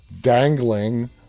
dangling